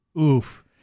Oof